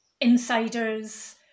insiders